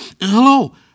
Hello